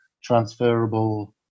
transferable